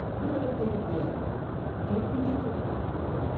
learn everything you can and connect with other people.